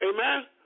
Amen